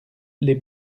les